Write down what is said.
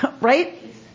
right